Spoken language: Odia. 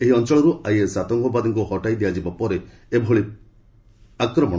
ଏହି ଅଞ୍ଚଳରୁ ଆଇଏସ୍ ଆତଙ୍କବାଦୀଙ୍କୁ ହଟାଇ ଦିଆଯିବା ପରେ ଏଭଳି ପ୍ରଥମ ଆକ୍ରମଣ